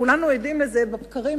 וכולנו עדים לזה בבקרים,